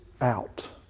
out